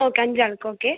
okay അഞ്ചാൾക്ക് okay